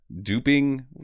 duping